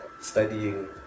studying